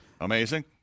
Amazing